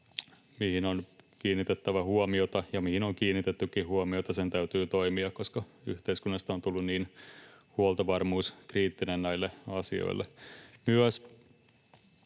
mihin on kiinnitettävä huomiota ja mihin on kiinnitettykin huomiota. Sen täytyy toimia, koska yhteiskunnasta on tullut niin huoltovarmuuskriittinen näille asioille.